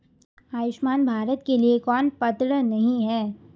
आयुष्मान भारत के लिए कौन पात्र नहीं है?